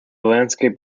landscape